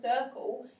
circle